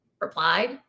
replied